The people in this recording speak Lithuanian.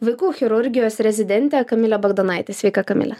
vaikų chirurgijos rezidentė kamilė bagdonaitė sveika kamile